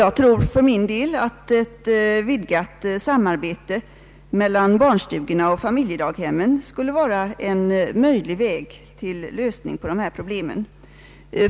Jag tror att ett vidgat samarbete mellan barnstugorna och familjedaghemmen skulle vara en möjlig väg till lösning av dessa problem.